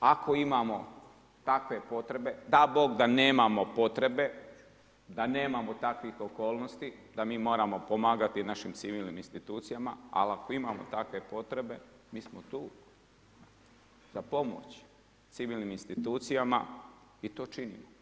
ako imamo takve potrebe, dao bog da nemamo potrebe, da nemamo takvih okolnosti da mi moramo pomagati našim civilnim institucijama, ali ako imamo takve potrebe, mi smo tu za pomoć civilnim institucijama i to činimo.